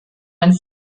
einen